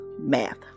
math